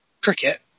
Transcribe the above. cricket